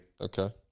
Okay